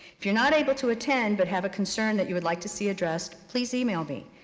if you're not able to attend but have a concern that you would like to see addressed, please email me.